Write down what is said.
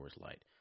Light